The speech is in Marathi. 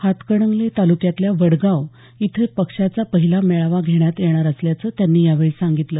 हातकणंगले तालुक्यातल्या वडगाव इथं पक्षाचा पहिला मेळावा घेण्यात येणार असल्याचं त्यांनी यावेळी सांगितलं